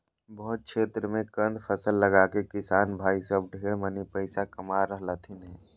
बहुत क्षेत्र मे कंद फसल लगाके किसान भाई सब ढेर मनी पैसा कमा रहलथिन हें